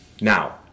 Now